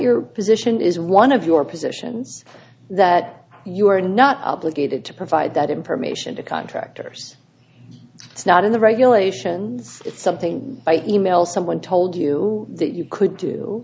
your position is one of your positions that you are not obligated to provide that information to contractors it's not in the regulations it's something by email someone told you that you could